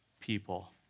people